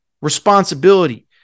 responsibility